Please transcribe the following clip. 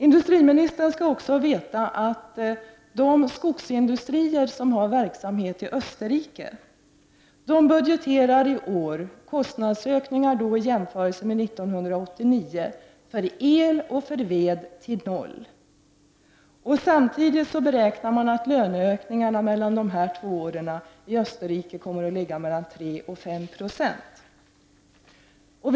Industriministern skall också veta att de skogsindustrier som bedriver verksamhet i Österrike budgeterar i år, jämfört med 1989, kostnadsökningar för el och för ved till noll kr. Samtidigt beräknar man att löneökningarna under dessa två år kommer att ligga mellan 3 26 och 5 96.